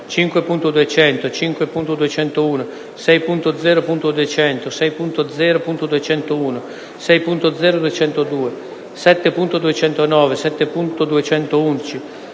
5.200, 5.201, 6.0.200, 6.0.201, 6.0.202, 7.209, 7.211,